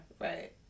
right